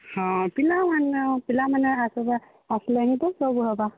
ହଁ ପିଲାମାନ ପିଲାମାନେ ଆସିବେ ଆସିଲେ ହିଁ ତ ସବୁ ହବା